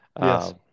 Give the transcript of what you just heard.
Yes